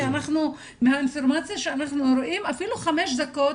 כי מהאינפורמציה שאנחנו רואים אפילו חמש דקות